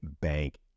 Bank